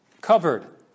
covered